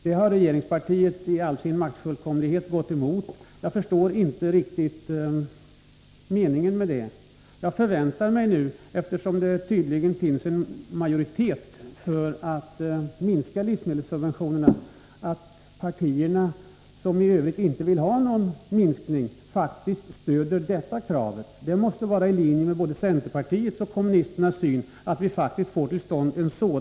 Det har regeringspartiet i all sin maktfullkomlighet gått emot. Jag förstår inte riktigt meningen med det. Det finns tydligen en majoritet för att minska livsmedelssubventionerna, men jag förväntar mig att de partier som i övrigt inte vill ha någon minskning stöder detta krav — det måste vara i linje med både centerpartiets och kommunisternas inställning att vi faktiskt får en sådan utvärdering.